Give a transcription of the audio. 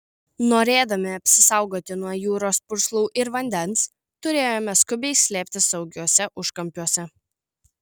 norėdami apsisaugoti nuo jūros purslų ir vandens turėjome skubiai slėptis saugiuose užkampiuose